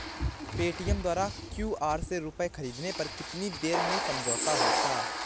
Paytm द्वारा QR से रूपए ख़रीदने पर कितनी देर में समझौता होता है?